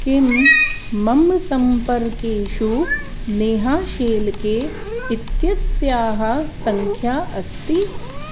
किं मम सम्पर्केषु नेहा शेल्के इत्यस्याः सङ्ख्या अस्ति